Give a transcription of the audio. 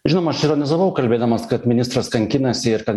žinoma aš ironizavau kalbėdamas kad ministras kankinasi ir kad